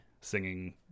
Singing